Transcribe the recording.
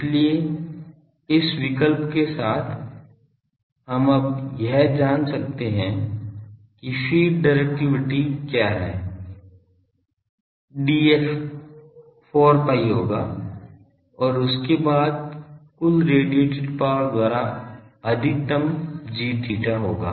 इसलिए इस विकल्प के साथ हम अब यह जान सकते हैं कि फ़ीड डिरेक्टिविटी क्या है Df 4 pi होगा और उसके बाद कुल रेडिएटेड पावर द्वारा अधिकतम gθ होगा